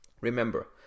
Remember